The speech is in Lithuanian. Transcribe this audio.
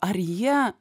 ar jie